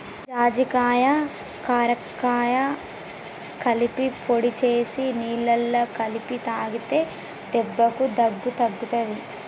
జాజికాయ కరక్కాయ కలిపి పొడి చేసి నీళ్లల్ల కలిపి తాగితే దెబ్బకు దగ్గు తగ్గుతది